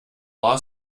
law